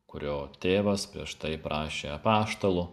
kurio tėvas prieš tai prašė apaštalų